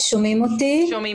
טוב,